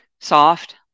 Soft